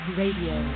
radio